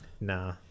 Nah